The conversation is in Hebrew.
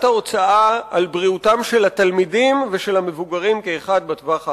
ההוצאה על בריאותם של התלמידים ושל המבוגרים כאחד בטווח הארוך.